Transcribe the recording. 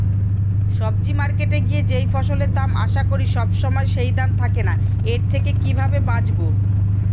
সবজি মার্কেটে গিয়ে যেই ফসলের দাম আশা করি সবসময় সেই দাম থাকে না এর থেকে কিভাবে বাঁচাবো?